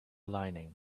lining